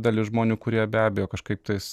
dalis žmonių kurie be abejo kažkaip tais